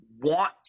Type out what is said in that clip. want